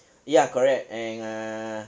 ya correct and err